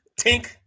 tink